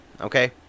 okay